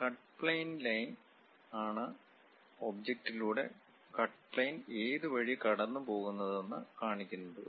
cut plane line ആണ് object ലുടെ cut plane ഏതുവഴി കടന്നുപോകുന്നതെന്ന് കാണിക്കുന്നത്